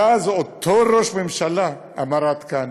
ואז אותו ראש ממשלה אמר: עד כאן,